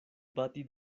bati